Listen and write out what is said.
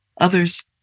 others